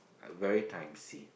I very times see